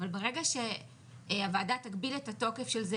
ברגע שהוועדה תגביל את התוקף של זה